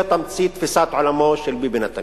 זה תמצית תפיסת עולמו של ביבי נתניהו.